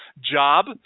job